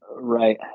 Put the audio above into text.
right